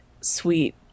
sweet